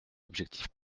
objectif